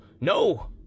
no